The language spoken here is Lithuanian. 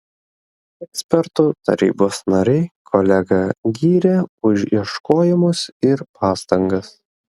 ekspertų tarybos nariai kolegą gyrė už ieškojimus ir pastangas